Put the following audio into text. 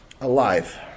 alive